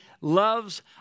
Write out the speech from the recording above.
loves